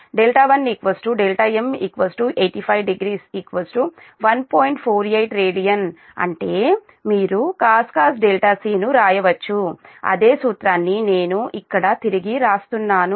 48 radian అంటే మీరు cos c ను వ్రాయవచ్చు అదే సూత్రాన్ని నేను ఇక్కడ తిరిగి వ్రాస్తున్నాను